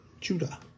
Judah